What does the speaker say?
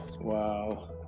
Wow